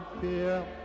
fear